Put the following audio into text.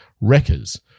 wreckers